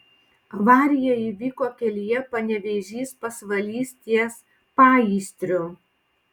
avarija įvyko kelyje panevėžys pasvalys ties paįstriu